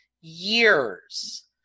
years